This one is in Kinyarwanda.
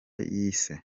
yise